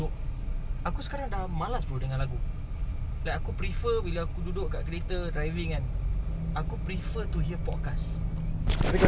ah he's who I contact for my supplies ah so aku dengar dia berbual about you know motivation inspiration rich piana all the all the bodybuilders kan